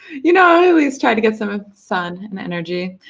you know, i always try to get some ah sun and energy.